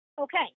Okay